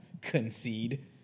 concede